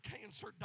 cancer